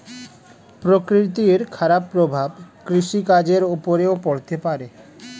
প্রকৃতির খারাপ প্রভাব কৃষিকাজের উপরেও পড়তে পারে